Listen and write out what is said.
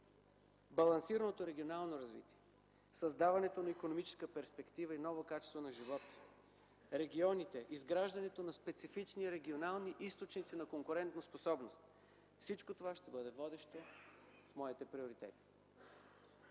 Балансираното регионално развитие, създаването на икономическа перспектива и ново качество на живот, регионите, изграждането на специфични регионални източници на конкурентоспособност, всичко това ще бъде водещо в моите приоритети.